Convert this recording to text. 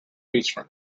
beachfront